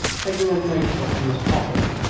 taking a note-book from his pocket.